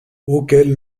auxquels